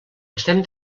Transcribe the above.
estem